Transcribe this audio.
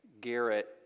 Garrett